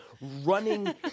Running